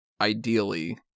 ideally